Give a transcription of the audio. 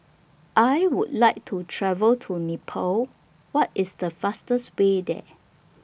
I Would like to travel to Nepal What IS The fastest Way There